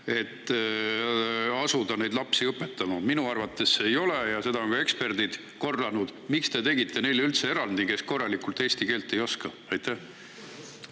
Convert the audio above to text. et asuda neid lapsi õpetama? Minu arvates ei ole ja seda on ka eksperdid korranud. Miks te üldse tegite erandi neile, kes korralikult eesti keelt ei oska? Aitäh!